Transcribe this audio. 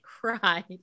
cried